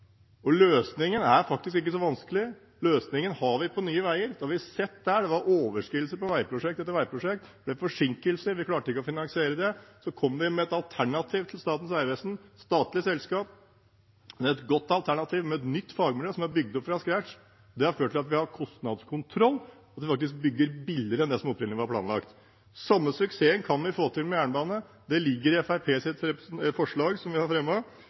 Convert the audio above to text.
Løsningen er faktisk ikke så vanskelig; løsningen har vi på Nye Veier. Det har vi sett der. Det var overskridelse på veiprosjekt etter veiprosjekt. Det ble forsinkelser, vi klarte ikke å finansiere det. Så kom vi med et alternativ til Statens vegvesen. Det er et statlig selskap, men det er et godt alternativ, med et nytt fagmiljø som er bygd opp fra scratch. Det har ført til at vi har kostnadskontroll, og at vi faktisk bygger billigere enn det som opprinnelig var planlagt. Den samme suksessen kan vi få til med jernbane. Det ligger i Fremskrittspartiets forslag, som vi har